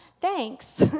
thanks